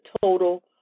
total